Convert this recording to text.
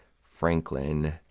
Franklin